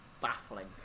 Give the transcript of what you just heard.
Baffling